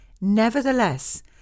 Nevertheless